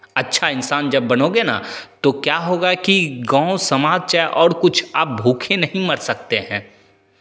अच्छा इंसान जब बनोगे ना तो क्या होगा कि गाँव समाज चाहे और कुछ आप भूखे नहीं मर सकते हैं